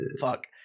Fuck